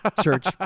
church